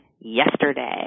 yesterday